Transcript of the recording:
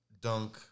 dunk